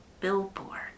billboard